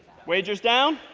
wagers down.